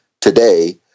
today